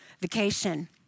vacation